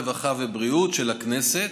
הרווחה והבריאות של הכנסת